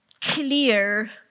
clear